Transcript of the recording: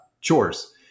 chores